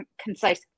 concise